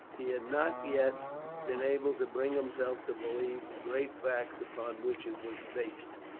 he had not yet been able to bring himself to believe the great facts upon which it was based.